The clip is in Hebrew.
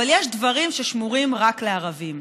אבל יש דברים ששמורים רק לערבים,